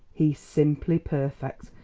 he's simply perfect!